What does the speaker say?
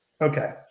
Okay